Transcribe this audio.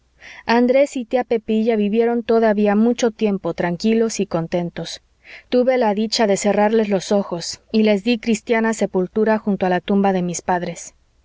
andrés y tía pepilla vivieron todavía mucho tiempo tranquilos y contentos tuve la dicha de cerrarles los ojos y les dí cristiana sepultura junto a la tumba de mis padres